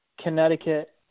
Connecticut